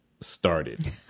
started